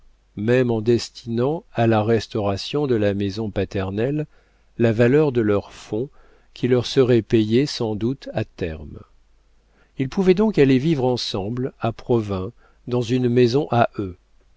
même en destinant à la restauration de la maison paternelle la valeur de leur fonds qui leur serait payé sans doute à terme ils pouvaient donc aller vivre ensemble à provins dans une maison à eux